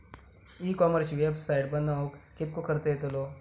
E कॉमर्सची website बनवक किततो खर्च येतलो?